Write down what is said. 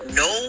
no